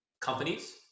companies